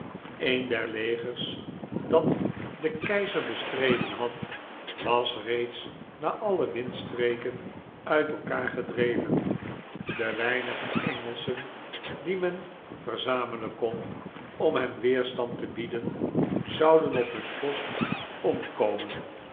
een der legers dat den keizer bestreden had was reeds naar alle windstreken uit elkaar gedreven de weinige engelschen die men verzamelen kon om hem weerstand te bieden zouden op hun post omkomen